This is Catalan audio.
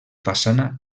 façana